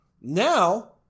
Now